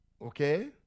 Okay